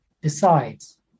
decides